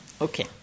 Okay